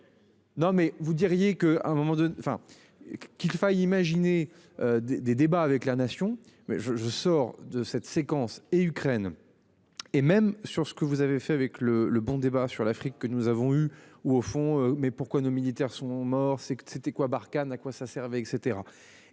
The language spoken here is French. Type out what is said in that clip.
Non mais vous diriez que à un moment donné enfin qu'il faille imaginer des des débats avec la nation mais je je sors de cette séquence et Ukraine. Et même sur ce que vous avez fait avec le le bon débat sur l'Afrique que nous avons eu ou au fond. Mais pourquoi nos militaires sont morts c'est c'était quoi Barkhane, à quoi ça servait et